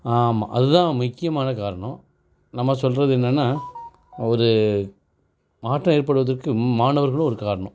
ஆமாம் அதுதான் முக்கியமான காரணம் நம்ம சொல்வது என்னென்னா ஒரு மாற்றம் ஏற்படுவதற்கு மாணவர்களும் ஒரு காரணம்